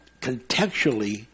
contextually